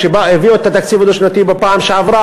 כשהביאו את התקציב הדו-שנתי בפעם שעברה,